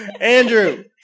Andrew